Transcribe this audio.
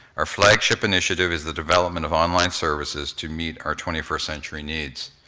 our flagship initiative is the development of online services to meet our twenty first century needs.